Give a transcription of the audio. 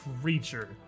creature